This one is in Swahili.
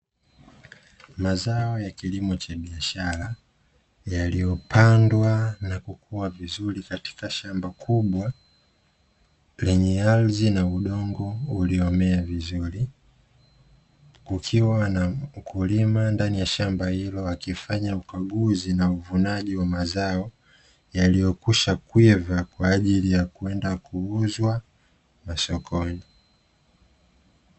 Mazao ya kilimo cha biashara yaliyopandwa na kukua vizuri katika shamba kubwa lenye ardhi na udongo uliomea vizuri, ukiwa na mkulima ndani ya shamba hilo akifanya ukaguzi na uvunaji wa mazao yaliyokwisha kwiva kwa ajili ya kwenda kuuzwa masokoni.